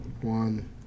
one